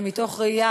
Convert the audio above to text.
מתוך ראייה,